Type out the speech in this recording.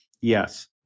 yes